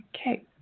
Okay